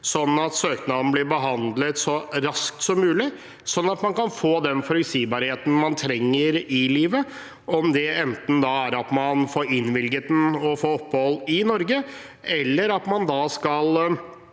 Ved at søknaden blir behandlet så raskt som mulig, kan man få den forutsigbarheten man trenger i livet – enten det er at man får innvilget søknaden og får opphold i Norge, eller at man sendes